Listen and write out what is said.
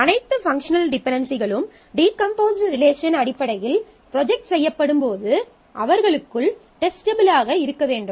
அனைத்து பங்க்ஷனல் டிபென்டென்சிகளும் decomposed relation அடிப்படையில் ப்ரொஜெக்ட் செய்யப்படும் போது அவர்களுக்குள் டெஸ்டபில் ஆக இருக்க வேண்டும்